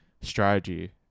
strategy